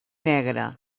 negre